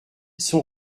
son